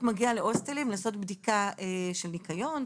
מגיע להוסטלים לעשות בדיקה של ניקיון,